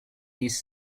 this